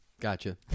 gotcha